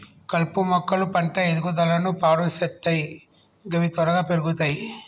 కలుపు మొక్కలు పంట ఎదుగుదలను పాడు సేత్తయ్ గవి త్వరగా పెర్గుతయ్